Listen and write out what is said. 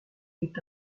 est